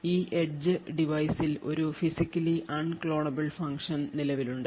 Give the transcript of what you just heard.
ഈ എഡ്ജ് deviceൽ ഒരു physically unclonable ഫങ്ക്ഷൻ നിലവിലുണ്ട്